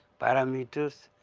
parameters.